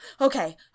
okay